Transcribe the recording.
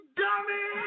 dummy